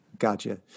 Gotcha